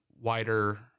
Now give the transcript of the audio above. wider